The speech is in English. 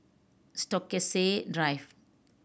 Stokesay Drive